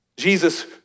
Jesus